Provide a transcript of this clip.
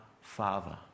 father